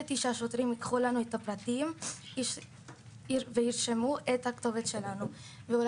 פחדתי שהשוטרים ייקחו לנו את הפרטים וירשמו את הכתובת שלנו,